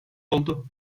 oldu